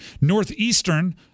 Northeastern